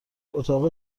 اتاق